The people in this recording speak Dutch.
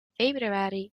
februari